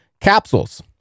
capsules